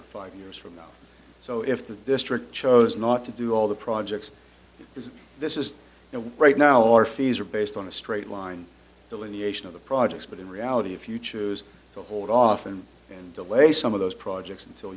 five years from now so if the district chose not to do all the projects this is this is no one right now our fees are based on a straight line delineation of the projects but in reality if you choose to hold often and delay some of those projects until